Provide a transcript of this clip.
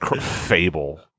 fable